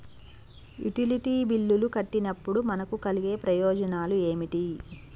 Utility బిల్లులు కట్టినప్పుడు మనకు కలిగే ప్రయోజనాలు ఏమిటి?